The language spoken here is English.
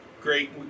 great